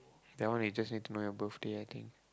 that one you just need to know about your birthday I think